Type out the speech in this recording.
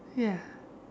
ya